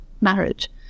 marriage